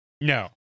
No